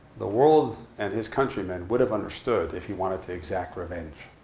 the world and his countrymen would have understood if he wanted to exact revenge.